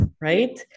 right